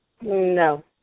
No